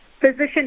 physician